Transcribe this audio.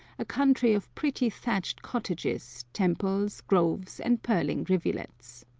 a country of pretty thatched cottages, temples, groves, and purling rivulets.